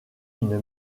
une